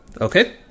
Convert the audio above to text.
Okay